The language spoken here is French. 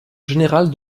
générale